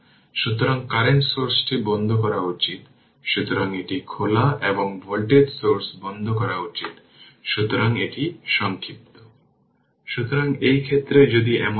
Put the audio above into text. যদি এই সুইচটি দীর্ঘ সময়ের জন্য ক্লোজ থাকে তার মানে এই সুইচটি ক্লোজ ছিল এবং সেক্ষেত্রে কী হবে